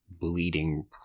bleeding